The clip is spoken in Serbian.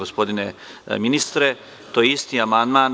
Gospodine ministre, to je isti amandman.